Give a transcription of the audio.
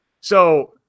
So-